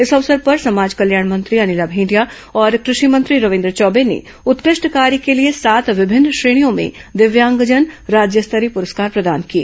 इस अवसर पर समाज कल्याण मंत्री अनिला भेंडिया और कृषि मंत्री रविन्द्र चौबे ने उत्कृष्ट कार्य के लिए सात विभिन्न श्रेणियों में दिव्यांगजन राज्य स्तरीय पुरस्कार प्रदान किए